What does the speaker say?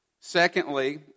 Secondly